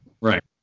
Right